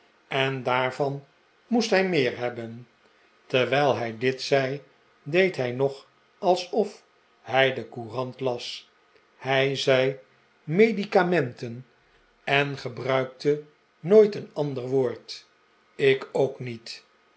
en daarvan moest hij meer hebben terwijl hij dit zei deed hij nog alsof hij de courant las hij zei medicamenten en gebruikte nooit een ander woord ik ook niet